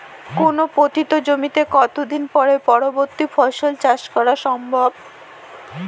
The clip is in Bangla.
কোনো পতিত জমিতে কত দিন পরে পরবর্তী ফসল চাষ করা সম্ভব?